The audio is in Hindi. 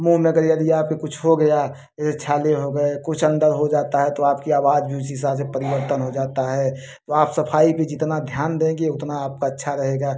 मुँह में अगर यदि आपके कुछ हो गया जैसे छाले हो गए कुछ अंदर हो जाता है तो आप कि अवाज भी उस हिसाब से परिवर्तन हो जाता है तो आप सफाई पर जितना ध्यान देंगी उतना आपका अच्छा रहेगा